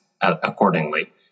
accordingly